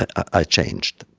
but i changed.